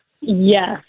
Yes